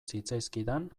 zitzaizkidan